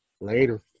Later